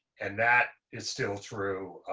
and that is still true.